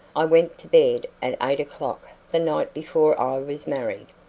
i went to bed at eight o'clock the night before i was married.